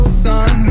sun